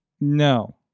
no